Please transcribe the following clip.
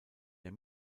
der